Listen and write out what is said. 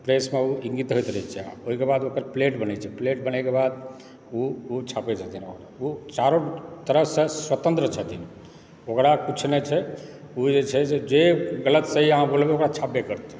प्रेसमे ओ इङ्गित होइत रहैत छै ओहिके बाद ओकर प्लेट बनैत छै प्लेट बनयके बाद ओ छापैत छथिन ओकरा ओ चारू तरफसँ स्वतन्त्र छथिन ओकरा किछु नहि छै ओ जे छै से जे गलत सही बोलबै ओकरा छापबे करथिन